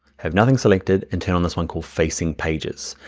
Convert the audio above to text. have nothing selected, and turn on this one called facing pages.